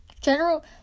General